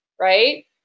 Right